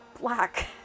black